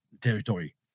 territory